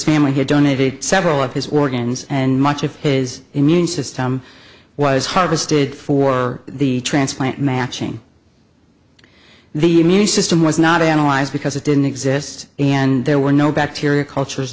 family had donated several of his organs and much of his immune system was harvested for the transplant matching the immune system was not analyzed because it didn't exist and there were no bacteria cultures